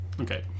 Okay